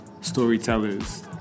storytellers